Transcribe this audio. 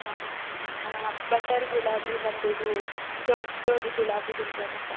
ಹಾಂ ಹಾಂ ಬಟರ್ ಗುಲಾಬಿ ಮತ್ತು ಇದು ದೊಡ್ಡ ದೊಡ್ಡ ಗುಲಾಬಿಗಳ್ ಬರುತ್ತಲ್ಲ